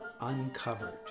Uncovered